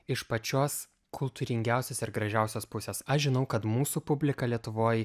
iš pačios kultūringiausios ir gražiausios pusės aš žinau kad mūsų publika lietuvoj